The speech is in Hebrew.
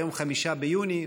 היום 5 ביוני.